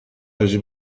راجع